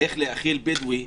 איך להאכיל בדואי?